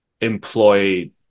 employ